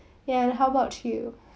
ya and how about you